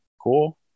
cool